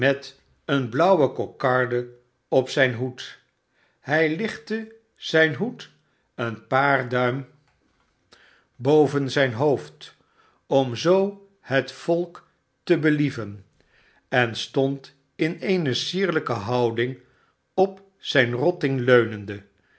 eene blauwe kokarde op zijn hoed hij lichtte zijn hoed een paar duim boven zijn barnaby rudge hoofd om zoo het volk te belie ven en stond in eene sierlijke houdmg op zijn rotting leunende